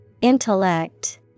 Intellect